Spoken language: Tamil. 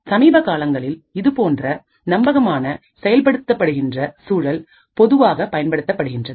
சமீபகாலங்களில் இதுபோன்ற நம்பகமான செயல்படுகின்றன சூழல் பொதுவாக பயன்படுத்தப்படுகின்றது